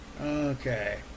okay